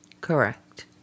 Correct